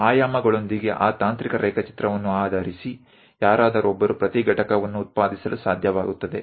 ಆಯಾಮಗಳೊಂದಿಗೆ ಆ ತಾಂತ್ರಿಕ ರೇಖಾಚಿತ್ರವನ್ನು ಆಧರಿಸಿ ಯಾರಾದರೊಬ್ಬರು ಪ್ರತಿ ಘಟಕವನ್ನು ಉತ್ಪಾದಿಸಲು ಸಾಧ್ಯವಾಗುತ್ತದೆ